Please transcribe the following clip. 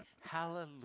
hallelujah